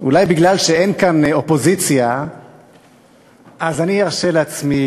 אולי בגלל שאין כאן אופוזיציה אני ארשה לעצמי,